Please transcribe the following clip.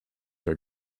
are